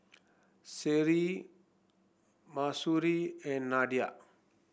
Seri Mahsuri and Nadia